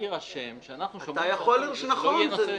שיירשם שאנחנו שומרים לנו את היכולת להציע נוסח,